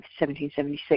1776